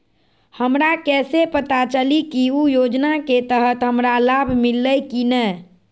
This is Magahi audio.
हमरा कैसे पता चली की उ योजना के तहत हमरा लाभ मिल्ले की न?